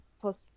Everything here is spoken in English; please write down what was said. plus